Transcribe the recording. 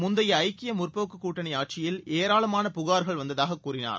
முந்தைய ஐக்கிய முற்போக்கு கூட்டணி ஆட்சியில் ஏராளமான புகார்கள் வந்ததாக கூறினார்